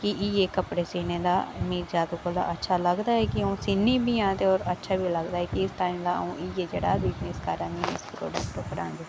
कि इ'यै कपडे़ सीने दा मिगी जैदा कोला अच्छा लगदा ते अ'ऊं सीनी बी हां ते और अच्छा बी लगदा ऐ कि किश टाइम दा इ'यै करै निं आं